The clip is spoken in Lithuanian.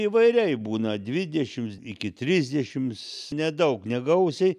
įvairiai būna dvidešims iki trisdešims nedaug negausiai